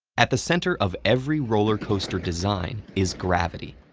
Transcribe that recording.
at the center of every roller coaster design is gravity.